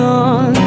on